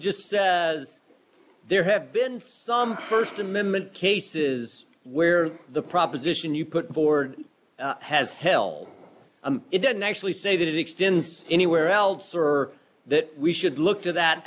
just said there have been some st amendment cases where the proposition you put forward has held it doesn't actually say that it extends anywhere else or that we should look to that